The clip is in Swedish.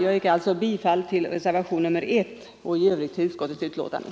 Jag yrkar bifall till reservationen 1 och i övrigt till utskottets hemställan.